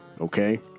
okay